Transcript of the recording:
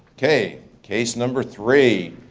okay, case number three.